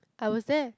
I was there